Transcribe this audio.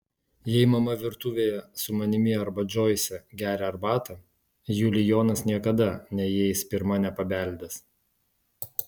jei mama virtuvėje su manimi arba džoise geria arbatą julijonas niekada neįeis pirma nepabeldęs